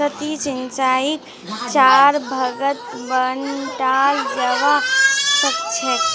सतही सिंचाईक चार भागत बंटाल जाबा सखछेक